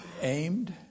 aimed